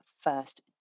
first